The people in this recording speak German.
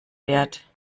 wert